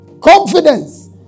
Confidence